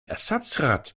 ersatzrad